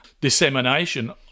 dissemination